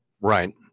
Right